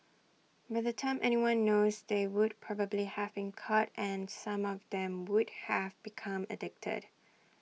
by the time anyone knows they would probably have been caught and some of them would have become addicted